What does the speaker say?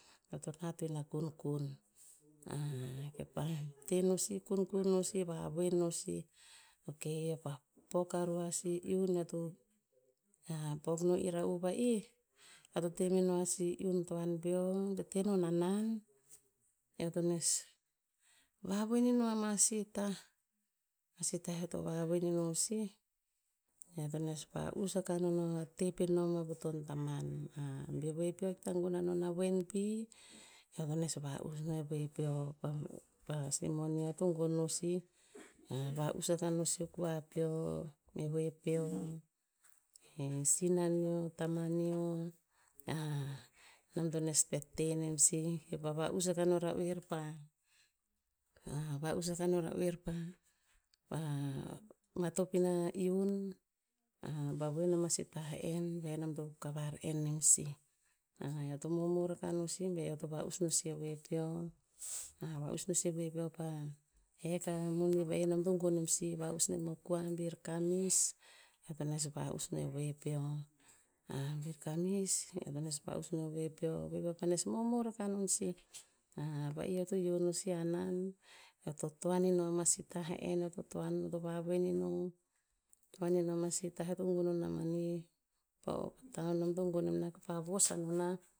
Eo to nat oin a kunkun, keopah te no sih, kunkun no sih, vavoen no sih. Ok, eo pa pok aru asih iun eoto, pok no ira'u va'ih, eoto temeno asi iun toan peo to tenon hanan, eoto nes nes vavoen ino ama si tah, si tah eo to vavoen ino sih, eoto va'us akah non a te penom a vuton taman, ah. Be voe peo hikta gon anon a voen pi, eo to nes va'us no e voe peo, pa- pa si moni eo to gon no sih. Va'us akah no si kua peo, me voe peo, e sinaneo, tamane ahh. Nom to nes pet tenem sih, keo pa va'us akah no ra'oer pa, va'us akah no ra oer pa- pa matop ina iun, pa voen amasi tah, en ve nom to kavar en nem sih. eo to momor akah no sih be eo to va'us no sih e voe peo, a va'us no voe peo pa hek a moni veh nom to gon nem sih, va'us nem o kua kamis, eo to nes va'us no e voe peo, voe peo panes momor akah non sih va'ih eoto iyo no sih hanan, eoto toan ino amasi tah'en, eo to toan, eo to vavoen ino, toan ino amsi tah eo to gongon nonah manih, po town nom to gon nenah kenom pa vos anenah